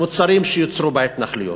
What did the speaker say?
מוצרים שיוצרו בהתנחלויות.